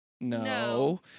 No